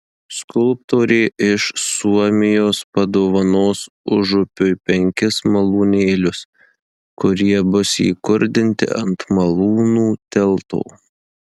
skulptorė iš suomijos padovanos užupiui penkis malūnėlius kurie bus įkurdinti ant malūnų tilto